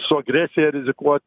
su agresija rizikuot